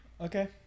Okay